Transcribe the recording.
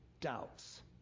doubts